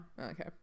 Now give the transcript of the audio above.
Okay